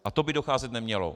A to by docházet nemělo.